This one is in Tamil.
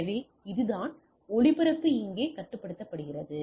எனவே இதுதான் ஒளிபரப்பு இங்கே கட்டுப்படுத்தப்படுகிறது